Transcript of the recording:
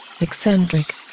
Eccentric